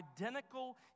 identical